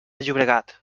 llobregat